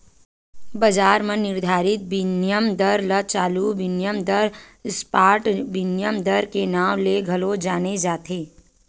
बजार म निरधारित बिनिमय दर ल चालू बिनिमय दर, स्पॉट बिनिमय दर के नांव ले घलो जाने जाथे